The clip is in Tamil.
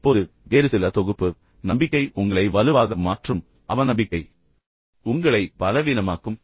இப்போது வேறு சில தொகுப்பு நம்பிக்கை உங்களை வலுவாக மாற்றும் அவநம்பிக்கை உங்களை பலவீனமாக்கும்